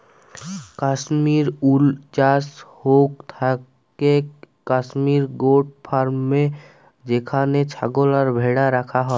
Kashmir wool চাস হৌক থাকেক কাশ্মির গোট ফার্মে যেখানে ছাগল আর ভ্যাড়া রাখা হয়